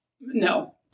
No